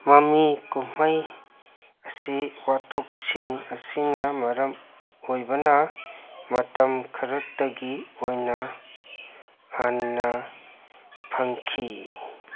ꯃꯃꯤ ꯀꯨꯝꯍꯩ ꯑꯁꯤ ꯋꯥꯊꯣꯛꯁꯤꯡ ꯑꯁꯤꯅ ꯃꯔꯝ ꯑꯣꯏꯕꯅ ꯃꯇꯝ ꯈꯔꯇꯒꯤ ꯑꯣꯏꯅ ꯍꯥꯟꯅ ꯐꯪꯈꯤ